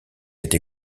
été